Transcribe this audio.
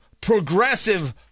progressive